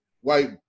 white